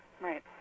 Right